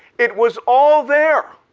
it was all there